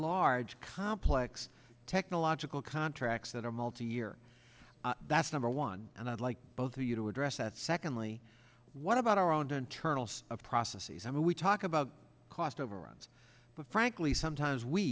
large calm plex technological contracts that are multi year that's number one and i'd like both of you to address that secondly what about our own internal processes i mean we talk about cost overruns but frankly sometimes we